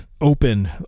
open